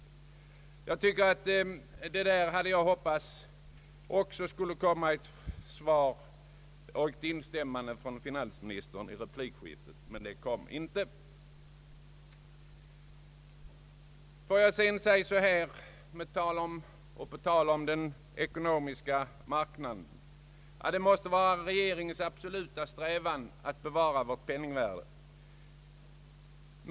Jag hoppades på ett instämmande av finansministern, men det kom inte. På tal om den ekonomiska marknaden vill jag säga att det måste vara regeringens absoluta strävan att bevara vårt penningvärde.